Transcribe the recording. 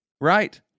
right